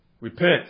Repent